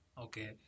okay